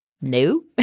no